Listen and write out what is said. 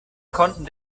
konnten